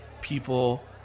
people